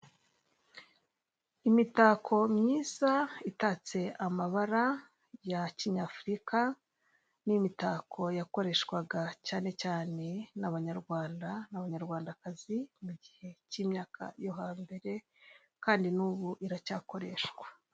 Imitako myiza itatse amabara ya kinyafurika n'imitako yakoreshwaga cyane cyane n'abanyarwanda, n'abanyarwandakazi mu gihe cy'imyaka yo hambere kandi n'ubu iracyakoreshwa.